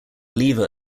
lever